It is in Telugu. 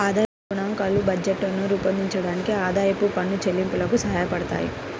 ఆదాయ గణాంకాలు బడ్జెట్లను రూపొందించడానికి, ఆదాయపు పన్ను చెల్లింపులకు సహాయపడతాయి